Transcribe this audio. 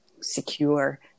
secure